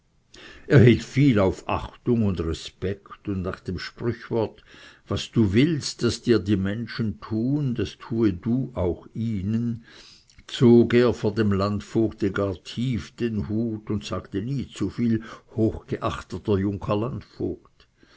er hielt viel auf achtung und respekt und nach dem sprüchwort was du willst daß dir die menschen tun das tue du auch ihnen zog er vor dem landvogt gar tief den hut und sagte nie zuviel hochgeachteter junker landvogt